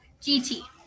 GT